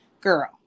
girl